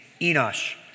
Enosh